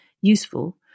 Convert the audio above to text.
useful